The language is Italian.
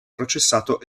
processato